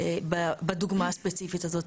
בדוגמה הספציפית הזאת.